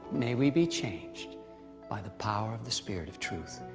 may we be changed by the power of the spirit of truth,